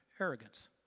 arrogance